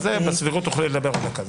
בסבירות תוכלי לדבר עוד דקה.